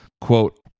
quote